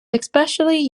especially